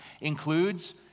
includes